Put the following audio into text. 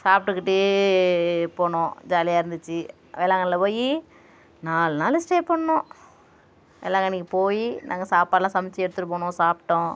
சாப்பிட்டுக்கிட்டே போனோம் ஜாலியாக இருந்துச்சு வேளாங்கண்ணியில போய் நாலு நாள் ஸ்டே பண்ணோம் வேளாங்கண்ணிக்கு போய் நாங்கள் சாப்பாடுலாம் சமைச்சு எடுத்துகிட்டு போனோம் சாப்பிட்டோம்